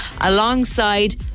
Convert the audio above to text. alongside